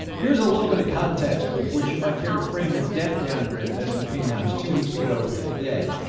here's a little bit of context in which you might care to frame the debt downgrade that s and p announced two weeks ago today.